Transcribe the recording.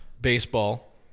baseball